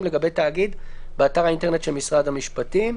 לגבי תאגיד באתר האינטרנט של משרד המשפטים."